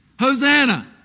Hosanna